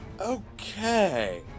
Okay